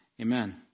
Amen